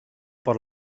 por